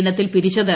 ഇനത്തിൽ പിരിച്ചത്